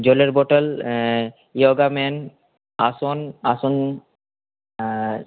জলের bottle yoga man আসন আসন আর